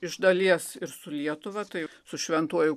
iš dalies ir su lietuva tai su šventuoju